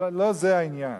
לא זה העניין.